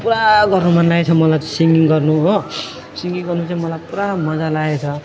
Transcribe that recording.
पुरा गर्नु मनलागेको छ मलाई त सिङगिङ गर्नु हो सिङगिङ गर्नु चाहिँ मलाई पुरा मजा लागेको छ